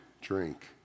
drink